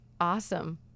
Awesome